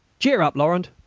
cheer up, laurent,